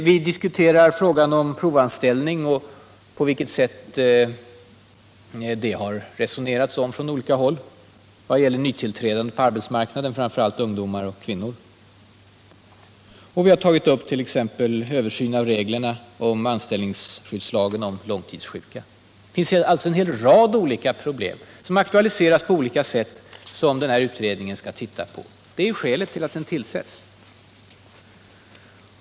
Vi diskuterar frågan om provanställning och debatten härom på olika håll, vidare problem som gäller nytillträdande på arbetsmarknaden, framför allt ungdomar och kvinnor. Vi har också tagit upp en översyn av reglerna i anställningsskyddslagen för långtidssjuka. Det finns alltså en hel rad problem som aktualiseras på olika sätt och som den här utredningen skall se på. Det är ju skälet till att den tillsatts.